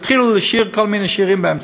יתחילו לשיר כל מיני שירים באמצע.